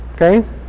Okay